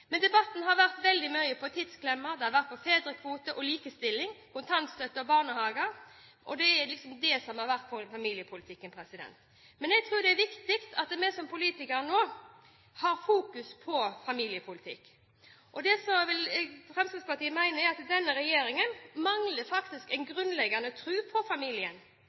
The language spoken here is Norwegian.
Debatten har vært veldig mye om tidsklemma, det har vært om fedrekvote og likestilling, kontantstøtte og barnehager. Det er det som har vært familiepolitikken. Jeg tror det er viktig at vi som politikere nå har fokus på familiepolitikk. Det Fremskrittspartiet mener, er at denne regjeringen faktisk mangler en grunnleggende tro på familien.